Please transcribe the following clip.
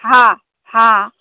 हाँ हाँ